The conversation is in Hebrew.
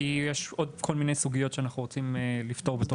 כי יש עוד כל מיני סוגיות שאנחנו רוצים לפתור בתוך הפנייה הזאת.